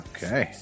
Okay